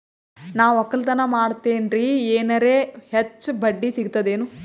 ನಾ ಒಕ್ಕಲತನ ಮಾಡತೆನ್ರಿ ಎನೆರ ಹೆಚ್ಚ ಬಡ್ಡಿ ಸಿಗತದೇನು?